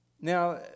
Now